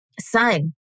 son